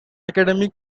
academies